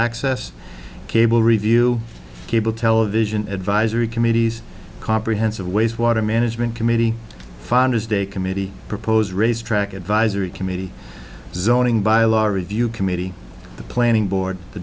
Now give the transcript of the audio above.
access cable review cable television advisory committees comprehensive waste water management committee founders day committee propose racetrack advisory committee zoning by a large review committee the planning board the